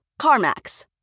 CarMax